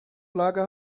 lager